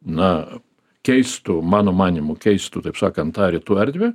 na keistų mano manymu keistų taip sakant tą rytų erdvę